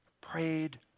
prayed